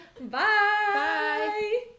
Bye